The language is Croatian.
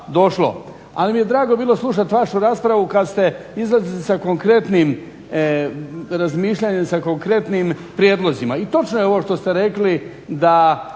ali mi je drago bilo slušati vašu raspravu kad ste izlazili sa konkretnim razmišljanjem, sa konkretnim prijedlozima. I točno je ovo što ste rekli da